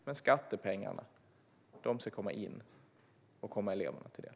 Men skattepengarna ska komma in i verksamheten och komma eleverna till del.